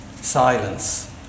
silence